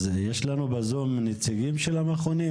יש לנו בזום את הנציגים של המכונים?